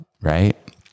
right